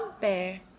bear